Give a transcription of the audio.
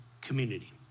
community